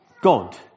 God